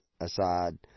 Assad